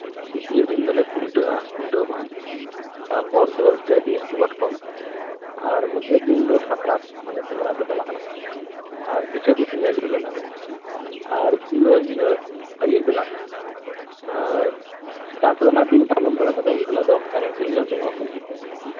ᱟᱨ ᱛᱤᱛᱭᱚ ᱫᱤᱱ ᱫᱚᱞᱮ ᱠᱷᱩᱱᱴᱟᱹᱜᱼᱟ ᱠᱷᱩᱱᱴᱟᱹᱣ ᱢᱟᱦᱟ ᱛᱟᱨᱯᱚᱨ ᱫᱚ ᱡᱟᱞᱮ ᱦᱟᱹᱠᱩ ᱠᱟᱴᱠᱚᱢ ᱢᱟᱱᱮ ᱢᱩᱪᱟᱹᱫ ᱫᱤᱱ ᱫᱚ ᱥᱟᱠᱨᱟᱛ ᱢᱟᱱᱮ ᱥᱮᱸᱫᱽᱨᱟ ᱠᱚ ᱪᱟᱞᱟᱜᱼᱟ ᱟᱨ ᱯᱤᱴᱷᱟᱹ ᱠᱚ ᱡᱩᱛᱟ ᱟᱭᱩᱵ ᱵᱮᱲᱟ ᱫᱚ ᱟᱨ ᱟᱨ ᱫᱤᱱᱟᱹᱢ ᱦᱤᱞᱟᱹᱜ ᱟᱹᱭᱩᱵ ᱵᱮᱞᱟ ᱫᱚ ᱮ ᱥᱮᱛᱟᱜ ᱫᱚ ᱚᱱᱟ ᱫᱤᱱ ᱯᱟᱞᱚᱱ ᱠᱟᱛᱮ ᱟᱭᱩᱵ ᱵᱮᱞᱟ ᱫᱚ ᱮᱱᱮᱡ ᱥᱮᱨᱮᱧ ᱞᱮ ᱩᱰᱳᱠᱚᱜᱼᱟ ᱠᱩᱞᱦᱤᱛᱮ